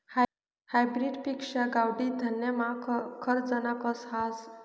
hybrid पेक्शा गावठी धान्यमा खरजना कस हास